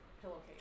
pillowcase